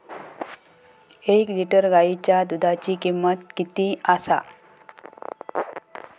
एक लिटर गायीच्या दुधाची किमंत किती आसा?